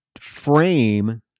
frame